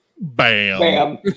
Bam